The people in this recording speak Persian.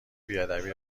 بیادبی